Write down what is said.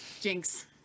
Jinx